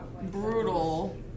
brutal